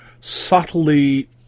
subtly